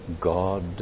God